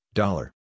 dollar